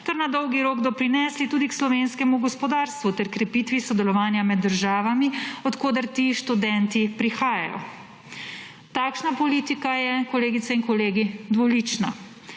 ter na dolgi rok doprinesli tudi k slovenskemu gospodarstvu in krepitvi sodelovanja med državami, od koder ti študenti prihajajo. Takšna politika je, kolegice in kolegi, dvolična.